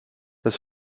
das